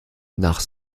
nach